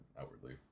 outwardly